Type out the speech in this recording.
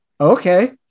okay